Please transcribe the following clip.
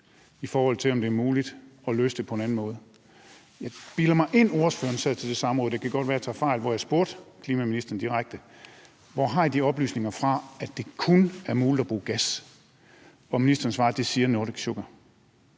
i forhold til om det er muligt at løse det på en anden måde? Jeg bilder mig ind, at ordføreren sad med til det samråd – det kan godt være, at jeg tager fejl – hvor jeg spurgte klimaministeren direkte, hvor man har de oplysninger fra, at det kun er muligt at bruge gas, og hvor ministeren svarede, at det siger Nordic Sugar.